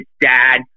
dad